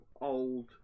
old